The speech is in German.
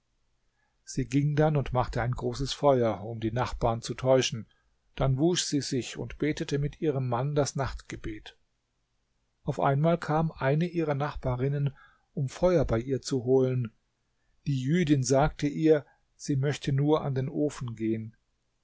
sie ging dann und machte ein großes feuer um die nachbarn zu täuschen dann wusch sie sich und betete mit ihrem mann das nachtgebet auf einmal kam eine ihrer nachbarinnen um feuer bei ihr zu holen die jüdin sagte ihr sie möchte nur an den ofen gehen